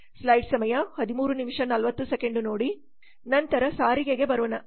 ನಂತರ ಸಾರಿಗೆಗೆ ಬರುತ್ತಿದೆ